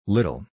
Little